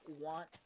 want